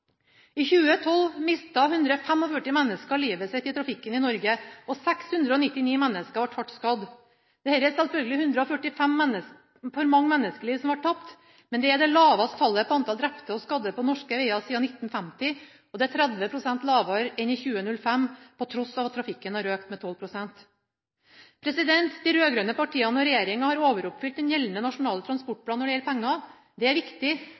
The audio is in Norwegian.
I 2012 mistet 145 mennesker livet i trafikken i Norge, og 699 mennesker ble hardt skadd. Dette er 145 for mange menneskeliv som ble tapt, men det er det laveste tallet på antall drepte og skadde på norske veier siden 1950, og det er 30 pst. lavere enn i 2005, til tross for at trafikken har økt med 12 pst. De rød-grønne partiene og regjeringen har overoppfylt den gjeldende nasjonale transportplanen når det gjelder penger. Det er viktig,